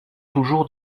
toujours